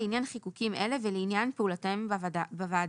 לעניין חיקוקים אלה ולעניין פעולותיהם בוועדה: